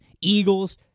Eagles